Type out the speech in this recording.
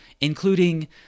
including